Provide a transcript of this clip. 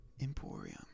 Emporium